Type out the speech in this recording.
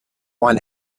want